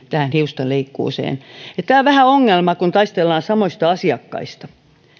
tähän hiustenleikkuuseen ja tämä on vähän ongelmallista kun taistellaan samoista asiakkaista